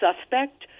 suspect